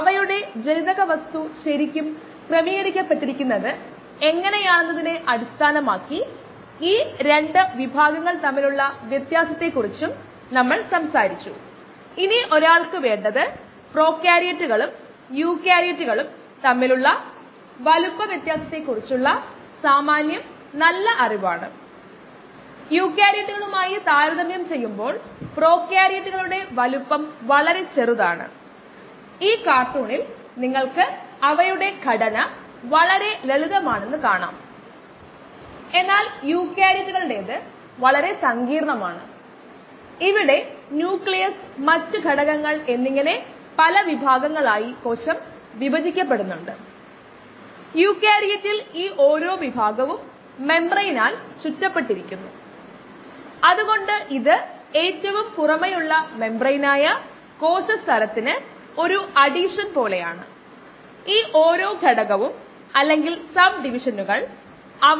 അവസാന പ്രഭാഷണത്തിൽ നമ്മൾ ഒരു പ്രോബ്ലം നൽകിയിരുന്നു പ്രാക്ടീസ് പ്രോബ്ലം 3